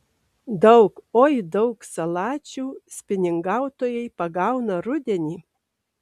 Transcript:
daug oi daug salačių spiningautojai pagauna rudenį